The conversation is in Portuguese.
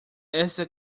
esta